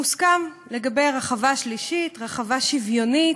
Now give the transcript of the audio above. הוסכם על רחבה שלישית, רחבה שוויונית,